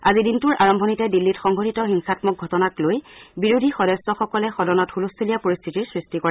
আজি দিনটোৰ আৰম্ভণিতে দিল্লীত সংঘটিত হিংসাম্মক ঘটনাক লৈ বিৰোধী সদস্যসকলে সদনত হুলস্থলীয়া পৰিশ্বিতিৰ সৃষ্টি কৰে